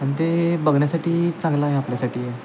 आणि ते बघण्यासाठी चांगलं आहे आपल्यासाठी